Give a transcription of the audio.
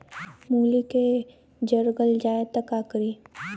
मूली के जर गल जाए त का करी?